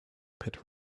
pit